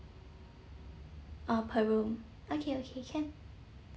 ah per room okay okay can